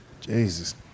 Jesus